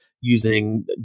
using